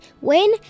Win